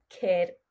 kid